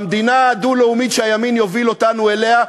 במדינה הדו-לאומית שהימין יוביל אותנו אליה,